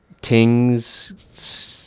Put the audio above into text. Ting's